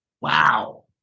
Wow